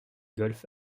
golf